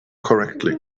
correctly